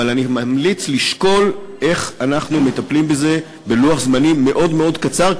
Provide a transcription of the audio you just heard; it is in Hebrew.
אבל אני ממליץ לשקול איך אנחנו מטפלים בזה בלוח-זמנים מאוד מאוד קצר,